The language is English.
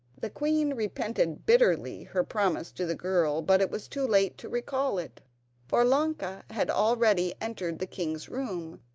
the queen repented bitterly her promise to the girl, but it was too late to recall it for ilonka had already entered the king's room,